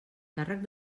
càrrec